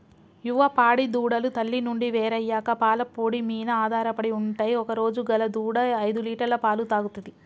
యువ పాడి దూడలు తల్లి నుండి వేరయ్యాక పాల పొడి మీన ఆధారపడి ఉంటయ్ ఒకరోజు గల దూడ ఐదులీటర్ల పాలు తాగుతది